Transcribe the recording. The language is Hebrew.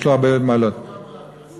יש לו הרבה, תחושת